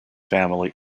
family